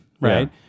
right